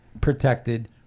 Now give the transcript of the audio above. protected